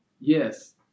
Yes